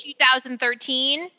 2013